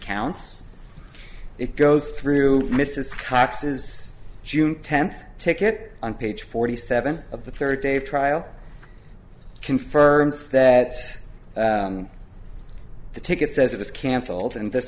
counts it goes through mrs cox's june tenth ticket on page forty seven of the third day of trial confirms that the ticket says it was cancelled and this